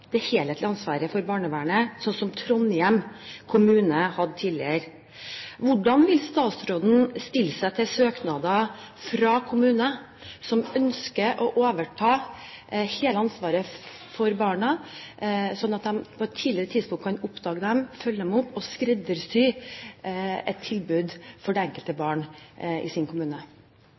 det helhetlige ansvaret for barnevernet, sånn som Trondheim kommune hadde tidligere. Hvordan vil statsråden stille seg til søknader fra kommuner som ønsker å overta hele ansvaret for barna, sånn at de på et tidligere tidspunkt kan oppdage dem, følge dem opp og skreddersy et tilbud for det enkelte barn i sin kommune?